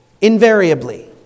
invariably